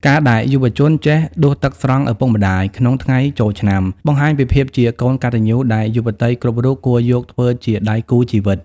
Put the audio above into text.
ការដែលយុវជនចេះ "ដួសទឹកស្រង់ឪពុកម្ដាយ" ក្នុងថ្ងៃចូលឆ្នាំ បង្ហាញពីភាពជាកូនកតញ្ញូដែលយុវតីគ្រប់រូបគួរយកធ្វើជាដៃគូជីវិត។